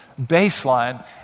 baseline